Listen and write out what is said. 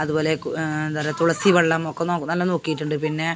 അതുപോലെ എന്താ പറയുക തുളസി വെള്ളം ഒക്കെ നോ നല്ല നോക്കിയിട്ടുണ്ട് പിന്നെ